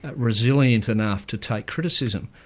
ah resilient enough to take criticism.